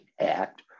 act